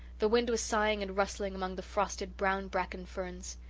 the wind was sighing and rustling among the frosted brown bracken ferns,